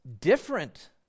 different